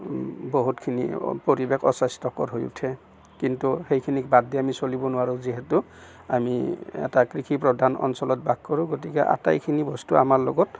বহুতখিনি পৰিৱেশ অস্বাস্থ্যকৰ হৈ উঠে কিন্তু সেইখিনিক বাদ দি আমি চলিব নোৱাৰোঁ যিহেতু আমি এটা কৃষিপ্ৰধান অঞ্চলত বাস কৰোঁ গতিকে আটাইখিনি বস্তু আমাৰ লগত